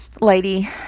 lady